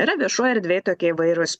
yra viešoj erdvėj tokie įvairūs